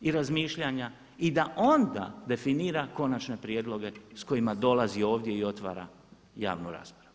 i razmišljanja i da onda definira konačne prijedloge s kojima dolazi ovdje i otvara javnu raspravu.